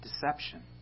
deception